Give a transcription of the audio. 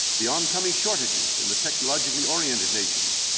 the oncoming shortages in the technologically-oriented nations,